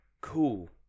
Cool